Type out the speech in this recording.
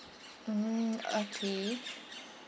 mm okay